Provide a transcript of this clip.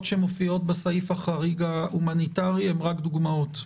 שמופיעות בסעיף החריג ההומניטרי הן רק דוגמאות.